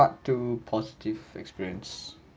part two positive experience